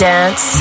Dance